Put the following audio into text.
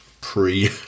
pre-